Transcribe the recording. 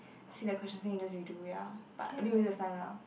see the questions then you just redo ya but a bit waste of time lah